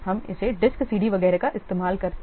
हम इसे disk CD वगैरह का इस्तेमाल करके कर सकते हैं